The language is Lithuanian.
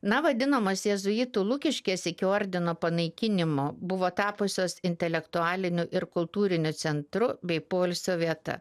na vadinamas jėzuitų lukiškės iki ordino panaikinimo buvo tapusios intelektualiniu ir kultūriniu centru bei poilsio vieta